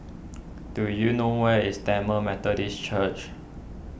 do you know where is Tamil Methodist Church